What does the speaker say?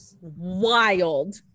wild